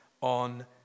on